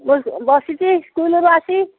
ବ ବସିଛି ସ୍କୁଲରୁ ଆସି